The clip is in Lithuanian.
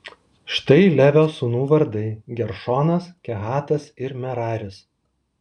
štai levio sūnų vardai geršonas kehatas ir meraris